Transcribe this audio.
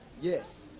Yes